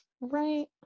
Right